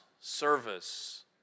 service